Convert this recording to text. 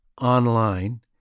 online